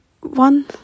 one